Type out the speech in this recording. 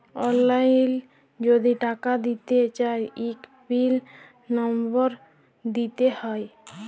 অললাইল যদি টাকা দিতে চায় ইক পিল লম্বর দিতে হ্যয়